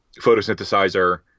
Photosynthesizer